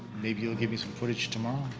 maybe you'll give me some footage tomorrow?